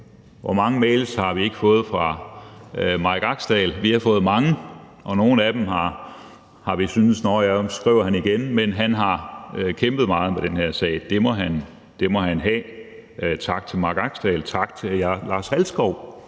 Hvor mange mails har vi ikke fået fra ham? Vi har fået mange, og ved nogle af dem har vi nok tænkt: Nå, nu skriver han igen. Men han har kæmpet meget med den her sag; det skal han have. Så tak til Mike Axdal. Tak til Lars Halskov,